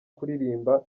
kuririmba